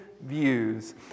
views